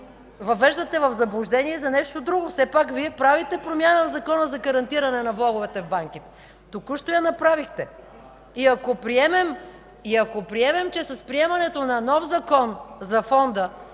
въвеждате в заблуждение за нещо друго. Все пак Вие правите промяна в Закона за гарантиране на влоговете в банките. Току-що я направихте. Ако приемем, че с един нов закон за Фонда